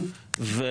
אני סבור,